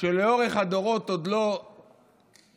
שלאורך הדורות עוד לא נשאלה,